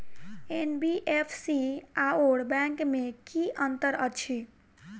NBFC आओर bank मे की अंतर अछि?